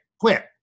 quit